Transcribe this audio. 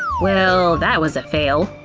well that was a fail.